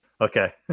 Okay